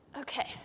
Okay